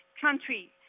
country